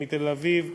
מתל-אביב,